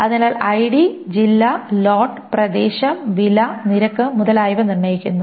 അതിനാൽ ഐഡി ജില്ല ലോട്ട് പ്രദേശം വില നിരക്ക് മുതലായവ നിർണ്ണയിക്കുന്നു